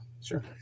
sure